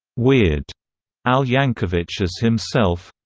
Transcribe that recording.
weird al yankovic as himself